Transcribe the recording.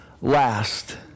last